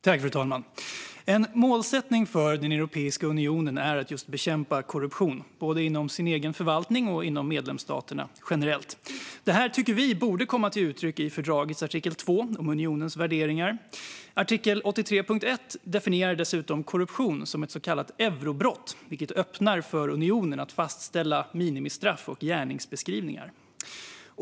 Fru ålderspresident! En målsättning för Europeiska unionen är att just bekämpa korruption, både inom sin egen förvaltning och inom medlemsstaterna generellt. Det här tycker vi borde komma till uttryck i fördragets artikel 2 om unionens värderingar. Artikel 83.1 definierar dessutom korruption som ett så kallat eurobrott, vilket öppnar för unionen att fastställa minimistraff och gärningsbeskrivningar.